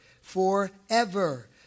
forever